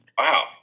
wow